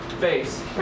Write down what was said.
face